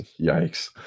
yikes